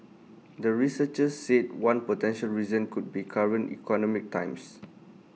the researchers said one potential reason could be current economic times